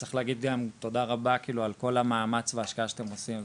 צריך להגיד גם תודה רבה על כל המאמץ וההשקעה שאתם עושים.